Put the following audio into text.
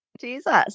Jesus